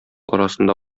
арасында